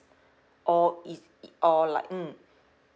or is it or like mm